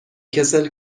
کسل